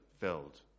filled